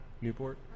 newport